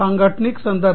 सांगठनिक संदर्भ